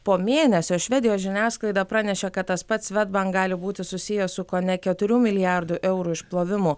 po mėnesio švedijos žiniasklaida pranešė kad tas pats svedbank gali būti susijęs su kone keturių milijardų eurų išplovimu